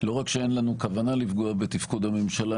לא רק שאין לנו כוונה לפגוע בתפקוד הממשלה,